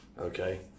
okay